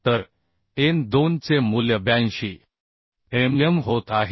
तर n2 चे मूल्य 82 होत आहे